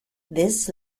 this